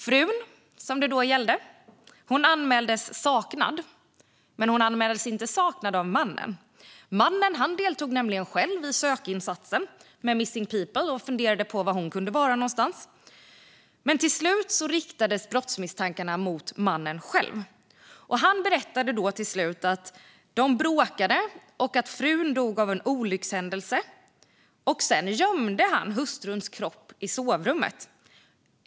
Frun, som det gällde, hade anmälts saknad, men inte av mannen. Han deltog själv i sökinsatsen med Missing People och funderade på var hon kunde vara någonstans. Men så småningom riktades brottsmisstankarna mot mannen själv, och han berättade till slut att de bråkat och att frun dött av en olyckshändelse. Sedan gömde han hustruns kropp i sovrummet.